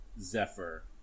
Zephyr